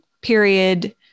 period